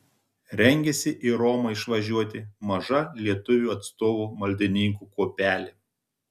rengiasi į romą išvažiuoti maža lietuvių atstovų maldininkų kuopelė